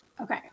okay